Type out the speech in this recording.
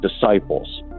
disciples